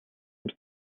биз